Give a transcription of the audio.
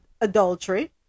adultery